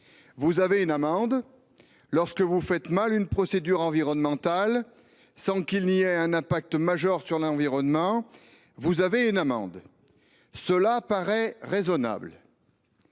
vous avez une amende, lorsque vous faites mal une procédure environnementale, sans qu’il y ait un impact majeur sur l’environnement, vous avez une amende. Cela paraît raisonnable.